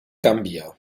gambia